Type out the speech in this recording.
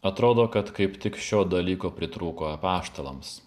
atrodo kad kaip tik šio dalyko pritrūko apaštalams